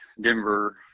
Denver